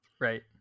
Right